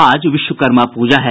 आज विश्वकर्मा प्रजा है